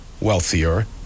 wealthier